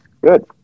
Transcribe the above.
Good